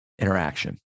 interaction